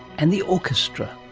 and the orchestra.